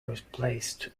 replaced